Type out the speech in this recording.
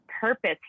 purpose